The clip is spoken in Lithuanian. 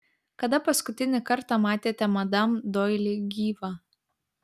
kada paskutinį kartą matėte madam doili gyvą